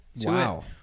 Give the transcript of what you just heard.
Wow